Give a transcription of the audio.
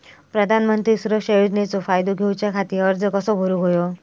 प्रधानमंत्री सुरक्षा योजनेचो फायदो घेऊच्या खाती अर्ज कसो भरुक होयो?